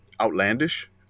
outlandish